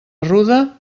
ruda